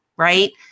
Right